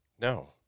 No